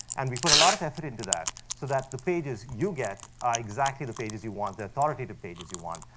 and we put a lot of effort into that, so that the pages you get are exactly the pages you want, the authoritative pages you want,